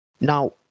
Now